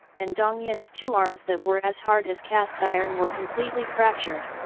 and dong yin's two arms that were as hard as cast iron were completely fractured.